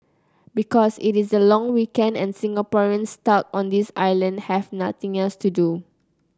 because it is the long weekend and Singaporeans stuck on this island have nothing else to do